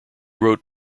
wrote